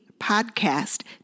podcast